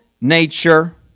nature